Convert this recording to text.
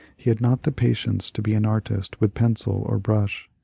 he had not the patience to be an artist with pencil or brush.